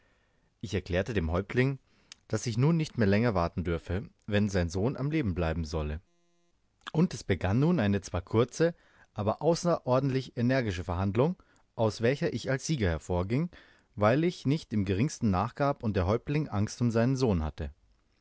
ich erklärte dem häuptlinge daß ich nun nicht mehr länger warten dürfe wenn sein sohn am leben bleiben solle und es begann nun eine zwar kurze aber außerordentlich energische verhandlung aus welcher ich als sieger hervorging weil ich nicht im geringsten nachgab und der häuptling angst um seinen sohn hatte